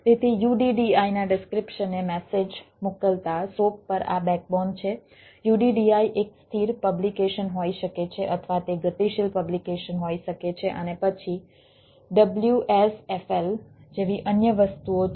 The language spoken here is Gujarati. તેથી UDDIના ડિસ્ક્રીપ્શનને મેસેજ મોકલતા SOAP પર આ બેકબોન અને એ પ્રકારની વસ્તુઓ છે